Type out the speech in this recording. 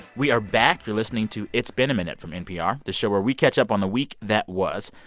we are back. you're listening to it's been a minute from npr, the show where we catch up on the week that was.